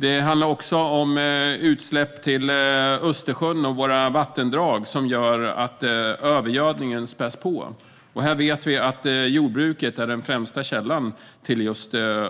Det handlar också om utsläpp till Östersjön och våra vattendrag som gör att övergödningen späs på, och vi vet att jordbruket är den främsta källan till